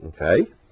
okay